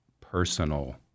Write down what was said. personal